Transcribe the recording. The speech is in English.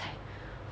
was like